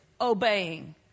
obeying